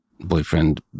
boyfriend